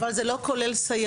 אבל זה לא כולל סייעות,